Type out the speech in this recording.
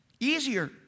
easier